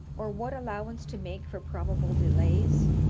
or what allowance to make for probable delays,